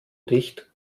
dicht